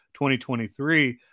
2023